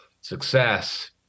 success